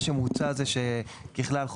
מה שמוצע זה שכלל,